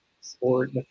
sport